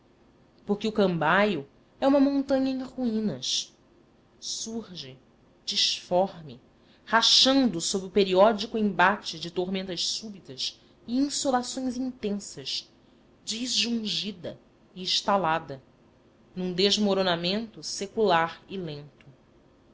porque o cambaio é uma montanha em ruínas surge disforme rachando sob o periódico embate de tormentas súbitas e insolações intensas disjungida e estalada num desmoronamento secular e lento